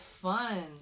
fun